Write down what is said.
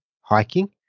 hiking